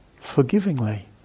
forgivingly